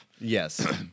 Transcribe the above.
Yes